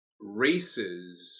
races